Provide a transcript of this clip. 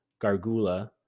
Gargula